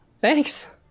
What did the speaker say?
Thanks